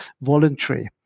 voluntary